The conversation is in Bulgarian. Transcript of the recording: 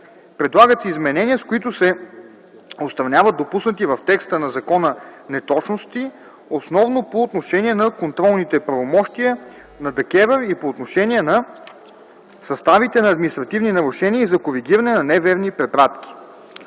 Предлагат се изменения, с които се отстраняват допуснати в текста на закона неточности, основно по отношение на контролните правомощия на ДКЕВР и по отношение на съставите на административни нарушения и за коригиране на неверни препратки.